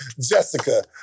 Jessica